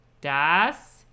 Das